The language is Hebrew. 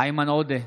איימן עודה,